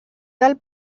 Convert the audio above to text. del